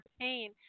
pain